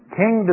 king